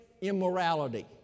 immorality